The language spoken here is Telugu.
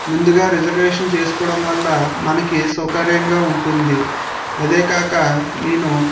ముందుగా రిజర్వేషన్ చేసుకోవడం వల్ల మనకి సౌకర్యంగా ఉంటుంది అదే కాక నేను